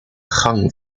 gang